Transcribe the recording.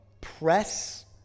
press